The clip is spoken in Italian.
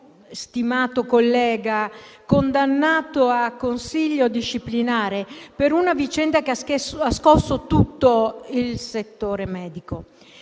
stimato collega condannato al consiglio disciplinare per una vicenda che ha scosso tutto il settore medico.